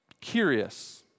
Curious